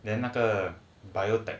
then 那个 biotech